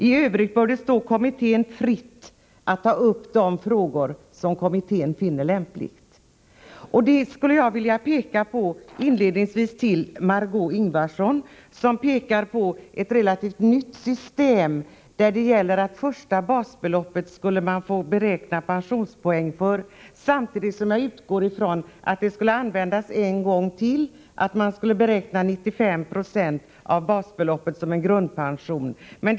I övrigt står det kommittén fritt att ta upp de frågor som den finner lämpligt. Detta skulle jag vilja påpeka för Margö Ingvardsson, som pekar på ett relativt nytt system, där man skulle få räkna pensionspoäng för det första basbeloppet, samtidigt som jag utgår från att det skulle användas en gång till, så att 95 Jo av basbeloppet blir grundpension.